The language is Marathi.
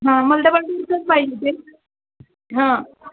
हां मला डबलडोरचंच पाहिजे ते हां